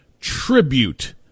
tribute